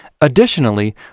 Additionally